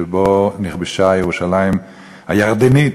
שבו נכבשה ירושלים הירדנית,